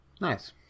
Nice